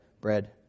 bread